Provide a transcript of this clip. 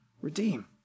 redeem